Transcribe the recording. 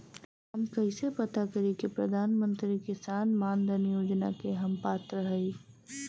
हम कइसे पता करी कि प्रधान मंत्री किसान मानधन योजना के हम पात्र हई?